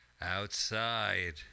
Outside